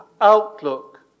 outlook